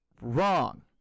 Wrong